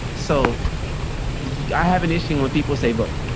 so yeah i have an issue when people say vote,